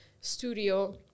studio